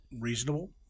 reasonable